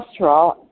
cholesterol